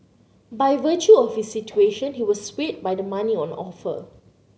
by virtue of his situation he was swayed by the money on offer